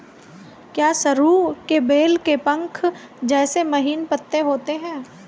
क्या सरु के बेल के पंख जैसे महीन पत्ते होते हैं?